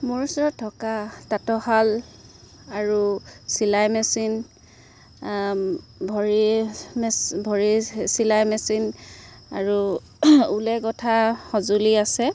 মোৰ ওচৰত থকা তাঁতৰশাল আৰু চিলাই মেচিন ভৰি ভৰি চিলাই মেচিন আৰু ঊলে গোঁঠা সঁজুলি আছে